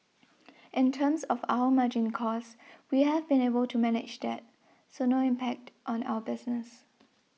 in terms of our margin costs we have been able to manage that so no impact on our business